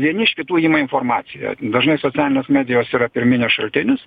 vieni iš kitų ima informaciją dažnai socialinės medijos yra pirminis šaltinis